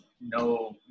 no